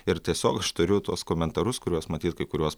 ir tiesiog aš turiu tuos komentarus kuriuos matyt kai kuriuos